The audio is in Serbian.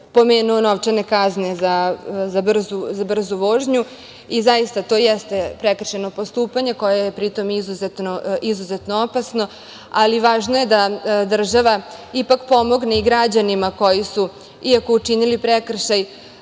pomenuo novčane kazne za brzu vožnju. Zaista, to jeste prekršajno postupanje koje je, pri tom, izuzetno opasno, ali važno je da država ipak pomogne i građanima koji su iako učinili prekršaj